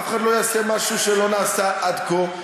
אף אחד לא יעשה משהו שלא נעשה עד כה.